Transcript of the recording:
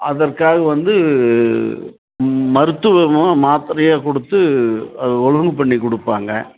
அதற்காக வந்து மருத்துவமும் மாத்திரையாக கொடுத்து அதை ஒழுங்கு பண்ணிக் கொடுப்பாங்க